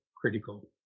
critical